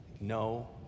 No